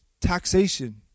taxation